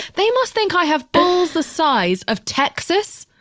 they must think i have balls the size of texas.